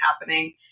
happening